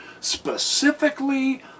Specifically